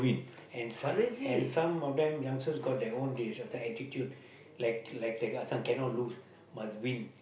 and some and some of them youngsters got their own this uh type attitude like like this one cannot lose must win